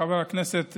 חבר הכנסת,